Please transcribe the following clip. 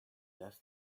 left